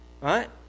Right